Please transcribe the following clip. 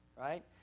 right